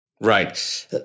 Right